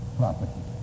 property